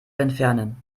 entfernen